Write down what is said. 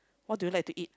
what do you like to eat